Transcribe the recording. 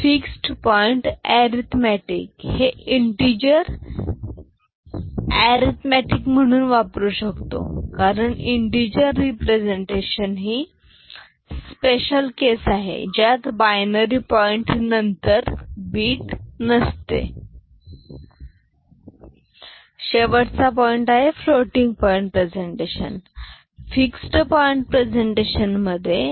fixed point arithmetic हे integer arithmetic म्हणून वापरू शकतो कारण इंटिजर रीप्रेझन्टेशन ही स्पेशल केस आहे ज्यात बायनरी पॉईंट नंतर बीट नसते शेवटचा पॉईंट आहे floating point representation fixed point presentation मधे